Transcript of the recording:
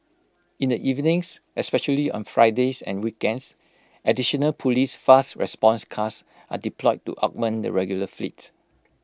in the evenings especially on Fridays and weekends additional Police fast response cars are deployed to augment the regular fleet